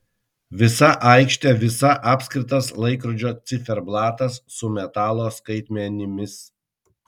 visa aikštė visa apskritas laikrodžio ciferblatas su metalo skaitmenimis